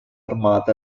armata